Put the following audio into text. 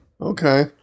Okay